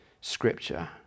Scripture